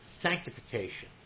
sanctification